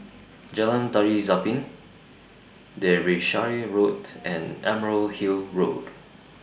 Jalan Tari Zapin Derbyshire Road and Emerald Hill Road